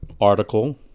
article